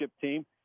team